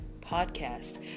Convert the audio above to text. podcast